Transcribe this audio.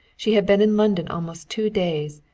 she had been in london almost two days,